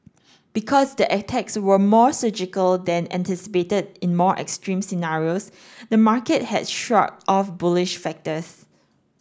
because the attacks were more surgical than anticipated in more extreme scenarios the market has shrugged off bullish factors